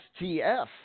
STF